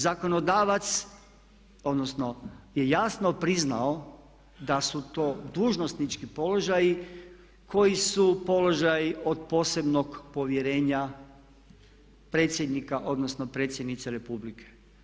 Zakonodavac, odnosno je jasno priznao da su to dužnosnički položaji koji su položaji od posebnog povjerenja predsjednika, odnosno Predsjednice Republike.